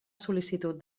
sol·licitud